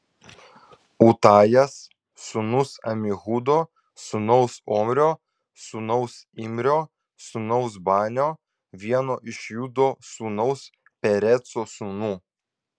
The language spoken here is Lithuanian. utajas sūnus amihudo sūnaus omrio sūnaus imrio sūnaus banio vieno iš judo sūnaus pereco sūnų